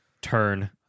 turn